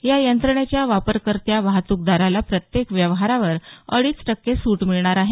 या यंत्रणेच्या वापरकर्त्या वाहतुकदाराला प्रत्येक व्यवहारावर अडीच टक्के सुट मिळणार आहे